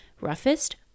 roughest